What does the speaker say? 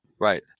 Right